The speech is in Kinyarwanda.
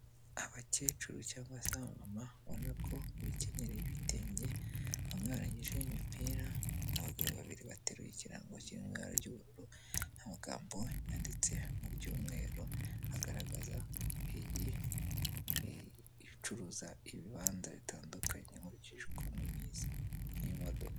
Abakecuru cyangwa se abamama urabona ko bikenyereye ibitenge, bamwe barengejeho imipira, abagabo babiri bateruye ikirango kiri mu ibara ry'ubururu, amagambo yanditse mu ry'umweru agaragaza iyi icuruza ibibanza bitandukanye nkurikije ukuntu nyizi n'imodoka.